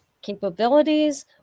capabilities